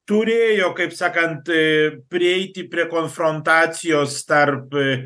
turėjo kaip sakant ė prieiti prie konfrontacijos tarp